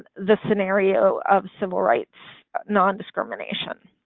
the scenario of civil rights non-discrimination